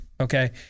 okay